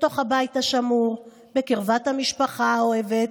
בתוך הבית השמור, בקרבת המשפחה האוהבת,